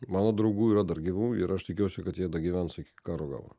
mano draugų yra dar gyvų ir aš tikiuosi kad jie dagyvens iki karo galo